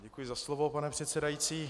Děkuji za slovo, pane předsedající.